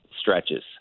stretches